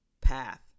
path